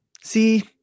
See